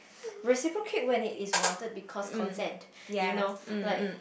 reciprocate when it is wanted because consent you know like